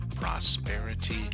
prosperity